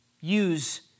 use